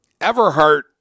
Everhart